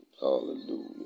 Hallelujah